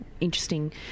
interesting